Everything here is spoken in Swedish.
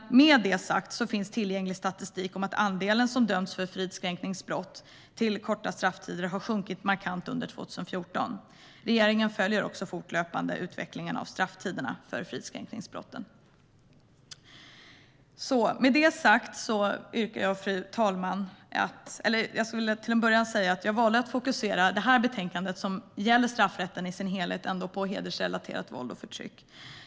Med det sagt visar tillgänglig statistik att andelen som döms för fridskränkningsbrott till korta strafftider har sjunkit markant under 2014. Regeringen följer också fortlöpande utvecklingen av strafftiderna för fridskränkningsbrotten. I det här betänkandet, som gäller straffrätten i dess helhet, valde jag att fokusera på hedersrelaterat våld och förtryck.